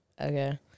Okay